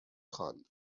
خواند